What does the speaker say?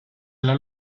alla